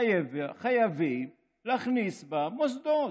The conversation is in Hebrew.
חייבים להכניס בו מוסדות,